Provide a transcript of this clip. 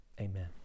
amen